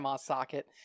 socket